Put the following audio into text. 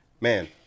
Man